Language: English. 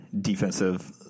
defensive